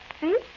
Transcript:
See